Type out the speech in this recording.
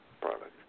product